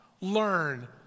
learn